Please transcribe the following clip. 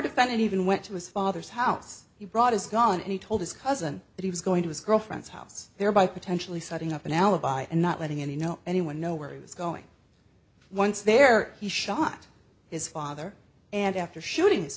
defendant even went to his father's house he brought his gun and he told his cousin that he was going to his girlfriend's house thereby potentially setting up an alibi and not letting any know anyone know where he was going once there he shot his father and after shooting